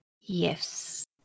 Yes